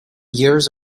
years